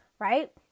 right